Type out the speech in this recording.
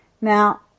Now